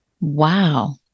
Wow